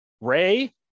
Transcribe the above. ray